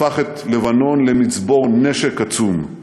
הפך את לבנון למצבור נשק עצום,